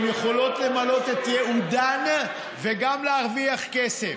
הן יכולות למלא את ייעודן וגם להרוויח כסף.